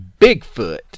Bigfoot